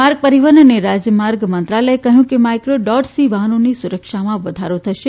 માર્ગ પરિવહન અને રા માર્ગ મંત્રાલયે કહ્યું કે માઇક્રોડોટ્સથી વાહનોની સુરક્ષામાં વધારો થશે